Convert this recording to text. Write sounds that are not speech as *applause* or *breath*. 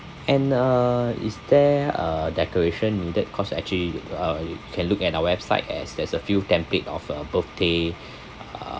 and uh is there uh decoration needed cause actually uh you can look at our website as there is a few template of uh birthday *breath* uh